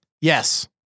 Yes